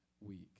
week